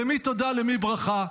למי תודה, למי ברכה?